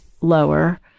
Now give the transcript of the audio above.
lower